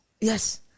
Yes